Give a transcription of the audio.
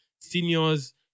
seniors